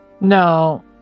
No